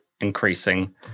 increasing